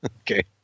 Okay